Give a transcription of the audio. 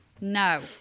No